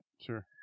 sure